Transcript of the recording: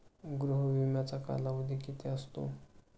गृह विम्याचा कालावधी किती असतो?